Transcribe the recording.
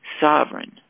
sovereign